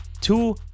two